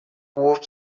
warp